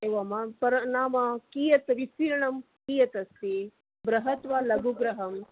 एवं वा परं नाम कियत् विस्तीर्णं कियत् अस्ति बृहत् वा लघु गृहम्